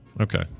Okay